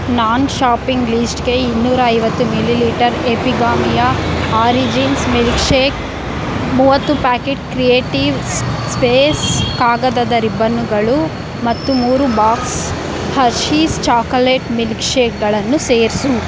ನಾನು ಷಾಪಿಂಗ್ ಲೀಸ್ಟ್ಗೆ ಇನ್ನೂರಾ ಐವತ್ತು millilitre Epigamia origins milkshake ಮೂವತ್ತು ಪ್ಯಾಕೆಟ್ ಕ್ರಿಯೇಟಿವ್ ಸ್ಪೇಸ್ ಕಾಗದದ ರಿಬ್ಬನ್ನುಗಳು ಮತ್ತು ಮೂರು ಬಾಕ್ಸ್ ಹರ್ಷೀಸ್ ಚಾಕೋಲೇಟ್ ಮಿಲ್ಕ್ ಶೇಕ್ಗಳನ್ನು ಸೇರಿಸು